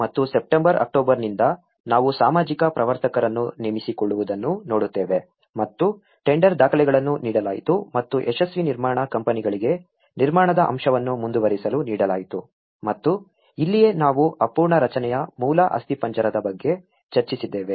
ಮತ್ತು ಸೆಪ್ಟೆಂಬರ್ ಅಕ್ಟೋಬರ್ನಿಂದ ನಾವು ಸಾಮಾಜಿಕ ಪ್ರವರ್ತಕರನ್ನು ನೇಮಿಸಿಕೊಳ್ಳುವುದನ್ನು ನೋಡುತ್ತೇವೆ ಮತ್ತು ಟೆಂಡರ್ ದಾಖಲೆಗಳನ್ನು ನೀಡಲಾಯಿತು ಮತ್ತು ಯಶಸ್ವಿ ನಿರ್ಮಾಣ ಕಂಪನಿಗಳಿಗೆ ನಿರ್ಮಾಣದ ಅಂಶವನ್ನು ಮುಂದುವರಿಸಲು ನೀಡಲಾಯಿತು ಮತ್ತು ಇಲ್ಲಿಯೇ ನಾವು ಅಪೂರ್ಣ ರಚನೆಯ ಮೂಲ ಅಸ್ಥಿಪಂಜರದ ಬಗ್ಗೆ ಚರ್ಚಿಸಿದ್ದೇವೆ